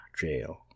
jail